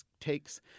takes